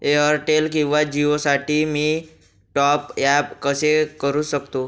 Airtel किंवा जिओसाठी मी टॉप ॲप कसे करु शकतो?